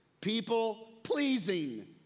People-pleasing